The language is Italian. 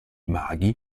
maghi